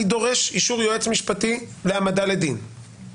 אני דורש אישור יועץ משפטי והעמדה לדין,